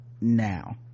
now